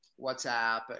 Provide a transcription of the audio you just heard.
WhatsApp